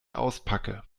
auspacke